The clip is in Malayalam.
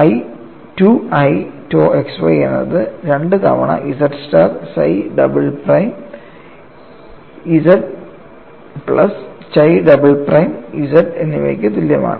2 i tau xy എന്നത് 2 തവണ z star psi double prime z plus chi double prime z എന്നിവയ്ക്ക് തുല്യമാണ്